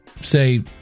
say